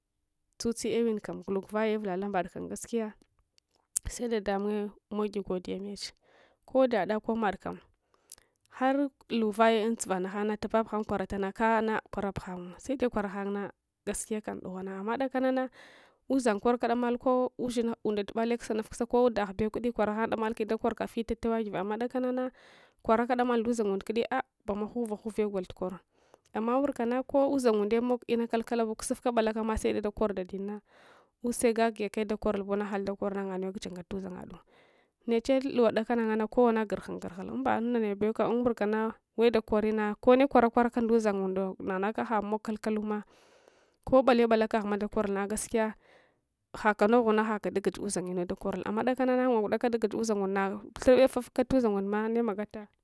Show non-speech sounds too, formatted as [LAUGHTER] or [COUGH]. Tsutse ewenkam guluk vaye uvula lambad kam gaskiya [NOISE] sada ɗamunye mogi godiyameche kodsda komad kam harluvayay undzuva nagnanng bepabughankwaralans kaans liwarsbu guanws sede kwara ghang na gasliyalam dugnwang amme dakanan suzang korlis damel ko ushinghs unda tubale kusanuf kusa ko dagn bew kuddi kwaraghardamalkudi daliorlaa fita tewagwv amma dalna kwaralca damal nda uzanguna kuddi ah’ bang ghuva ghuve got tukor amma wurkans ko uzangunde mog inakallalabu kusufka balalakan sede dakor dadinna use gaskiy dekonu buna hal dakorna ungane gujenliabuzangadu neche lunwa ɗakana ngana kwana gurghun gurhul umba unbewkam unwurkana wedakori kwarakwarake nda uzang a undo nanughaka hamog kallialuma kobabale balakaghma dakorul na gaskiya ghaka noghuna hafa daguch uzanginu dakon amma dakanana ngung udaka daguj uzangung na thurbe fufka tuzangundma nemagata